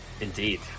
Indeed